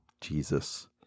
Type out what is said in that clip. Jesus